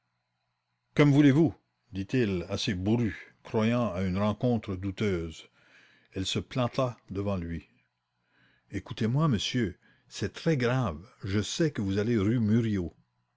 que me voulez-vous dit-il assez bourru croyant à une rencontre douteuse elle se planta devant lui écoutez-moi monsieur c'est très grave je sais que vous allez rue mur